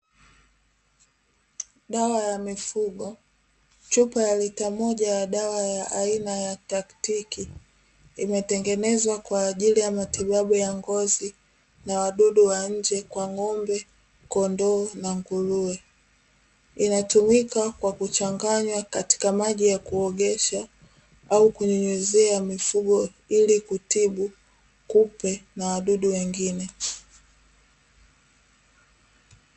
Dawa ya mifugo. Chupa ya lita moja ya dawa ya aina ya "Taktic", imetengenezwa kwa ajili ya matibabu ya ngozi, na wadudu wa nje kwa: ng'ombe, kondoo na nguruwe. Inatumika kwa kuchanganywa katika maji ya kuogesha au kunyunyuzia mifugo, ili kutibu kupe na wadudu wengine.